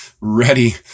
ready